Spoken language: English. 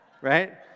right